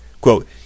Quote